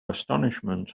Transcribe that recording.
astonishment